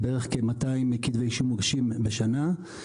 בערך 200 כתבי אישום מוגשים בשנה.